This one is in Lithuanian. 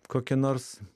kokia nors